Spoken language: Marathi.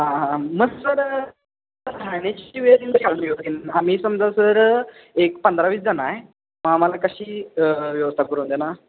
हा हा मग सर आम्ही समजा सर एक पंधरा वीस जणं आहे मग आम्हाला कशी व्यवस्था करून देणार